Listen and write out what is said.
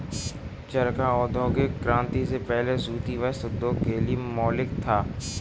चरखा औद्योगिक क्रांति से पहले सूती वस्त्र उद्योग के लिए मौलिक था